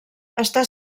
està